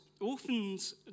orphans